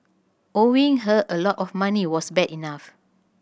owing her a lot of money was bad enough